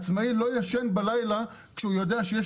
עצמאי לא ישן בלילה כשהוא יודע שיש